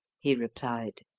he replied.